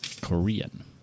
Korean